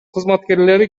кызматкерлери